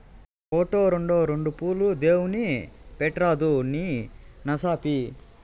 ఓటో, రోండో రెండు పూలు దేవుడిని పెట్రాదూ నీ నసాపి